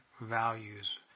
values